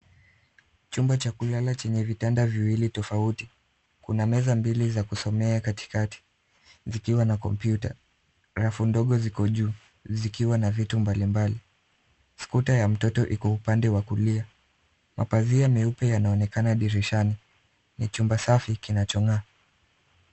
Chumba cha kulala chenye vitanda viwili tofauti. Kuna meza miwili za kusomea katikati zikiwa na kompyuta. Rafu ndogo ziko juu zikiwa na vitu mbalimbali. Skuta ya mtoto iko upande wa kulia. Mapazia meupe yanaoenkana dirishani. Ni chumba safi kinachong'aa.